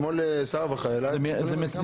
אתמול שר הרווחה העלה את זה.